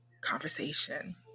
conversation